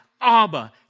Abba